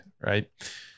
Right